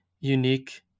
unique